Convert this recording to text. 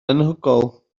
anhygoel